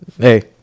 hey